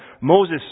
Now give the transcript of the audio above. Moses